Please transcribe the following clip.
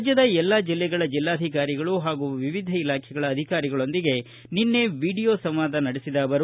ರಾಜ್ಯದ ಎಲ್ಲಾ ಜೆಲ್ಲೆಗಳ ಜೆಲ್ಲಾಧಿಕಾರಿಗಳು ಹಾಗೂ ವಿವಿಧ ಇಲಾಖೆಗಳ ಅಧಿಕಾರಿಗಳೊಂದಿಗೆ ನಿನ್ನೆ ವೀಡಿಯೋ ಸಂವಾದ ನಡೆಸಿದ ಅವರು